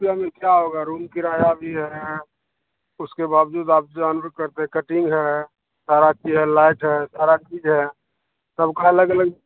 रुपया में क्या होगा रूम किराया भी है उसके बाद रुपये कटिन्ग है लाइट है सारी चीज़ है सबका अलग अलग